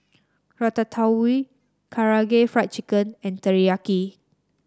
Ratatouille Karaage Fried Chicken and Teriyaki